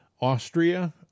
Austria